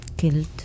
killed